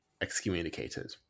excommunicated